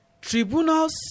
Tribunals